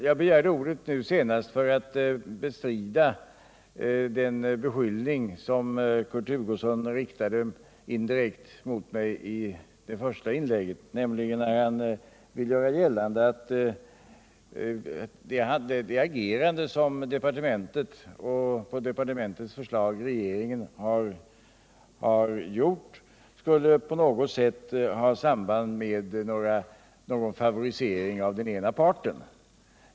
Jag begärde ordet nu senast för att bestrida den beskyllning som Kurt Hugosson riktade indirekt mot mig i det första inlägget, nämligen när han ville göra gällande att departementets — och på departementets förslag regeringens — agerande skulle på något sätt ha samband med en favorisering av den ena parten.